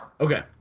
Okay